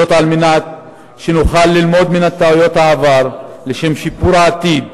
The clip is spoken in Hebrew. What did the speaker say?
זאת על מנת שנוכל ללמוד מטעויות העבר לשם שיפור העתיד.